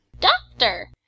Doctor